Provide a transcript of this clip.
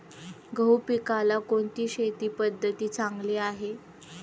गहू पिकाला कोणती शेती पद्धत चांगली?